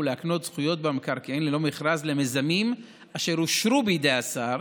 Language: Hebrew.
ולהקנות זכויות במקרקעין ללא מכרז למיזמים אשר אושרו בידי השר